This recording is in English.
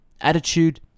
attitude